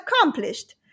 accomplished